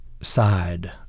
side